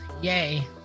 Yay